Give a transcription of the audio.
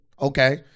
Okay